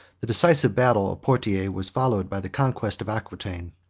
the decisive battle of poitiers was followed by the conquest of aquitain.